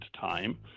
time